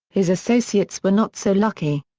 his associates were not so lucky.